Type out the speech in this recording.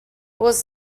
was